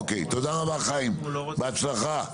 רבה, חיים, בהצלחה.